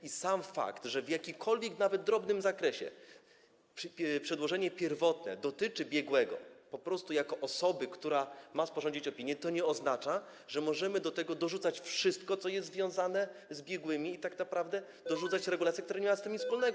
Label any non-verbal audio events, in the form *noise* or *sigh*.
I sam fakt, że w jakimkolwiek nawet drobnym zakresie przedłożenie pierwotne dotyczy biegłego po prostu jako osoby, która ma sporządzić opinię, nie oznacza, że możemy do tego dorzucać wszystko, co jest związane z biegłymi, i tak naprawdę dorzucać *noise* regulację, która nie ma z tym nic wspólnego.